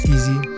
Easy